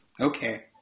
Okay